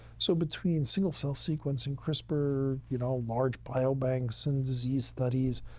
so, between single cell sequencing, crispr, you know large bio banks, and disease studies,